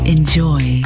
Enjoy